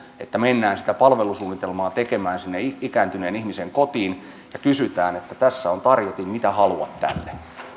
että mennään sitä palvelusuunnitelmaa tekemään sinne ikääntyneen ihmisen kotiin ja kysytään että tässä on tarjotin mitä haluat tänne